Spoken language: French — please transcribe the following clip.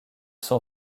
sont